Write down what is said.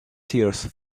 tears